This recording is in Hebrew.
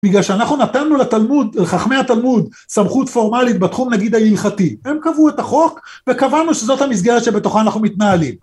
בגלל שאנחנו נתנו לתלמוד, לחכמי התלמוד סמכות פורמלית בתחום נגיד ההלכתי. הם קבעו את החוק וקבענו שזאת המסגרת שבתוכה אנחנו מתנהלים.